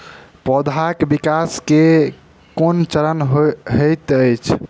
पौधाक विकास केँ केँ कुन चरण हएत अछि?